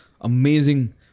amazing